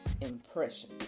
impression